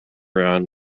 round